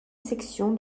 section